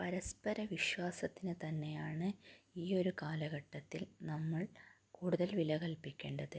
പരസ്പര വിശ്വാസത്തിന് തന്നെയാണ് ഈ ഒരു കാലഘട്ടത്തിൽ നമ്മൾ കൂടുതൽ വില കൽപ്പിക്കേണ്ടത്